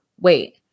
wait